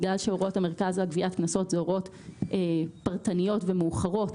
בגלל שהוראות המרכז לגביית קנסות הן הוראות פרטניות ומאוחרות,